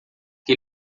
que